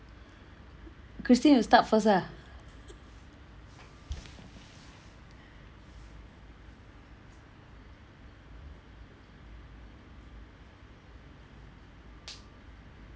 christine you start first ah